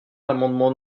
l’amendement